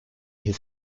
his